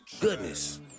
Goodness